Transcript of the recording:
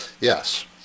Yes